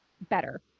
better